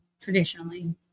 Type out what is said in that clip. traditionally